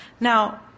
Now